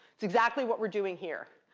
it's exactly what we're doing here.